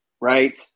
right